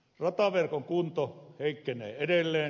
rataverkon kunto heikkenee edelleen